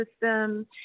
system